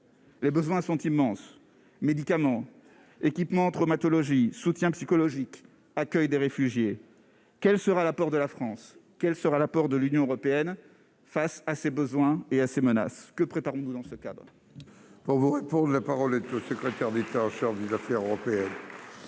les besoins sont immenses médicaments équipements en traumatologie, soutien psychologique, accueil des réfugiés, quel sera l'apport de la France, quel sera l'apport de l'Union européenne face à ses besoins et à ces menaces que prépare-nous dans ce cadre. Pour vous et pour la parole. Le secrétaire d'État en charge des affaires européennes,